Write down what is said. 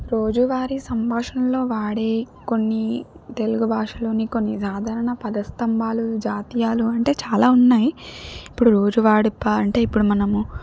రోజువారీ సంభాషణలో వాడే కొన్ని తెలుగు భాషలోని కొన్ని సాధారణ పద స్తంభాలు జాతీయాలు అంటే చాలా ఉన్నాయి ఇప్పుడు రోజూ వాడే ప అంటే ఇప్పుడు మనము